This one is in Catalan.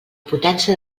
potència